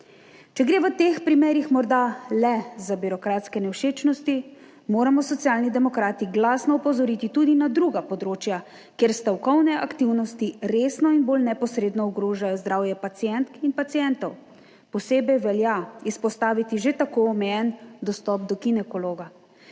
Če gre v teh primerih morda le za birokratske nevšečnosti, moramo Socialni demokrati glasno opozoriti tudi na druga področja, kjer stavkovne aktivnosti resno in bolj neposredno ogrožajo zdravje pacientk in pacientov. Posebej velja izpostaviti že tako omejen dostop do ginekologa,